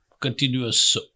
continuous